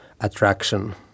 attraction